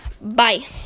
Bye